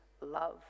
love